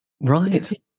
Right